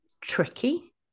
tricky